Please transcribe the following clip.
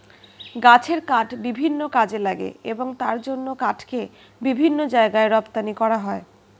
গাছের কাঠ বিভিন্ন কাজে লাগে এবং তার জন্য কাঠকে বিভিন্ন জায়গায় রপ্তানি করা হয়